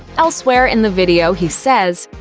elsewhere in the video, he says